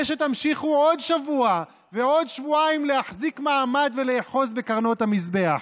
שתמשיכו עוד שבוע ועוד שבועיים להחזיק מעמד ולאחוז בקרנות המזבח.